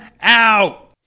out